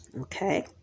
Okay